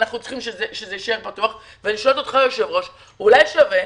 אני שואלת אותך היושב ראש, אולי שווה,